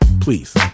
please